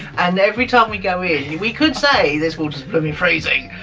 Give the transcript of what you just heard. and every time we go in, we could say this water's blooming freezing.